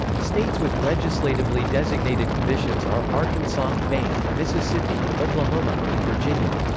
states with legislatively designated commissions are arkansas, maine, mississippi, oklahoma, and virginia.